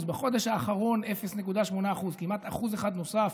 בחודש האחרון 0.8% כמעט 1% נוסף.